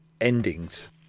endings